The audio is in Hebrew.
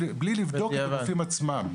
בלי לבדוק את הגופים עצמם.